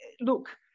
look